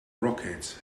rocket